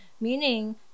meaning